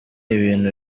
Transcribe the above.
ibintu